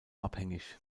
abhängig